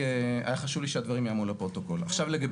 אני גם חושב שהיה צריך כבר היום להביא בפני הוועדה,